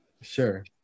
Sure